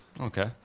Okay